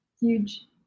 huge